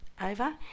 over